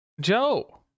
Joe